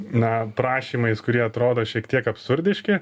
na prašymais kurie atrodo šiek tiek absurdiški